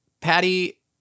Patty